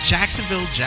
Jacksonville